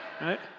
Right